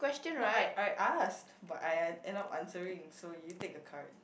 no I I asked but I I end up answering so you take a card